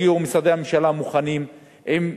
יגיעו משרדי הממשלה מוכנים עם תוכנית: